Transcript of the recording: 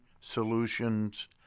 solutions